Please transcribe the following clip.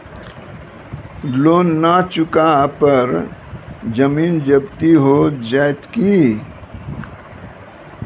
Loan न चुका पर जमीन जब्ती हो जैत की?